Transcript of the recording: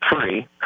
free